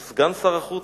או סגן שר החוץ,